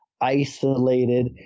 isolated